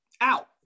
out